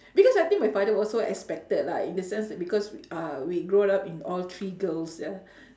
because I think my father also expected lah in the sense that because uh we grow up in all three girls ya